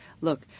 look